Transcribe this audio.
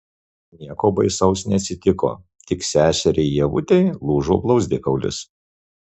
nieko baisaus neatsitiko tik seseriai ievutei lūžo blauzdikaulis